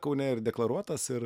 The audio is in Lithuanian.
kaune ir deklaruotas ir